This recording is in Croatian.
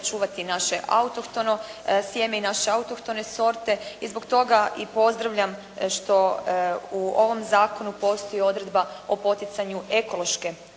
sačuvati naše autohtono sjeme i naše autohtone sorte i zbog toga i pozdravljam što u ovom zakonu postoji odredba o poticanju ekološke